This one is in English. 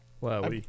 Wow